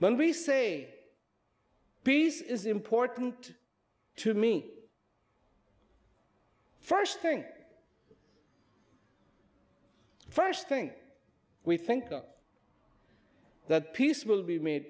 when we say this is important to me first think first think we think that peace will be made